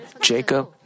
Jacob